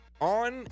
on